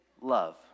love